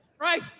Right